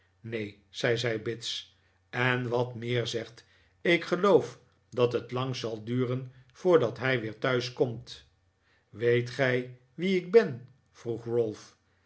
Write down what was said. zei zij bits en wat meer zegt ik geloof dat het lang zal duren voordat hij weer thuis komt weet gij wie ik ben vroeg